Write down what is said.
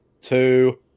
two